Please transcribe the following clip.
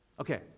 Okay